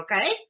okay